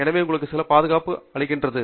எனவே உங்களுக்கு சில பாதுகாப்பு அளிக்கிறது